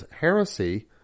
heresy